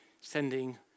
sending